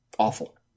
Awful